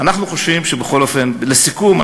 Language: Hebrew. לסיכום,